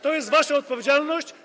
To jest wasza odpowiedzialność.